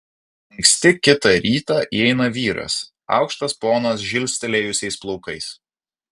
anksti kitą rytą įeina vyras aukštas ponas žilstelėjusiais plaukais